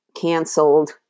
canceled